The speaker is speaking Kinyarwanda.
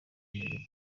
yemeje